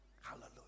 Hallelujah